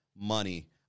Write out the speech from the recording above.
money